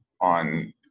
on